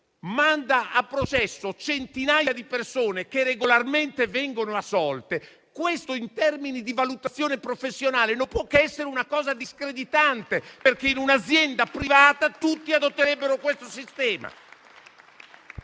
manda a processo centinaia di persone che regolarmente vengono assolte, questo, in termini di valutazione professionale, non può che essere una cosa discreditante, perché in un'azienda privata tutti adotterebbero questo sistema.